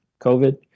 COVID